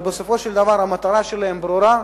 בסופו של דבר המטרה שלהם ברורה,